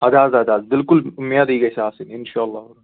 اَدٕ حظ اَدٕ حظ بِلکُل اُمیدٕے گژھِ آسٕنۍ اِنشاءاللہ